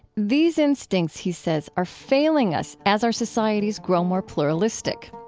these instincts, he says, are failing us as our societies grow more pluralistic.